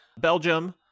Belgium